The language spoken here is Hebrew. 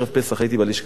ובאו אנשים מהשכונה,